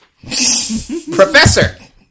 Professor